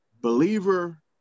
believer